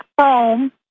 home